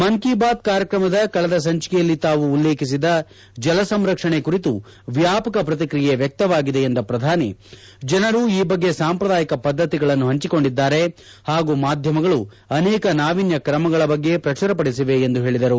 ಮನ್ ಕಿ ಬಾತ್ ಕಾರ್ಯಕ್ರಮದ ಕಳೆದ ಸಂಚಿಕೆಯಲ್ಲಿ ತಾವು ಉಲ್ಲೇಖಿಸಿದ ಜಲಸಂರಕ್ಷಣೆ ಕುರಿತು ವ್ಚಾಪಕ ಪ್ರತಿಕ್ರಿಯೆ ವ್ಯಕ್ತವಾಗಿದೆ ಎಂದ ಪ್ರಧಾನಿ ಜನರು ಈ ಬಗ್ಗೆ ಸಾಂಪ್ರದಾಯಿಕ ಪದ್ಧತಿಗಳನ್ನು ಹಂಚಿಕೊಂಡಿದ್ದಾರೆ ಹಾಗೂ ಮಾಧ್ಯಮಗಳು ಅನೇಕ ನಾವಿನ್ಯ ತ್ರಮಗಳ ಬಗ್ಗೆ ಪ್ರಚುರಪಡಿಸಿವೆ ಎಂದರು